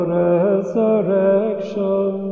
resurrection